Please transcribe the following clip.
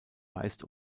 meist